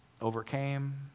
overcame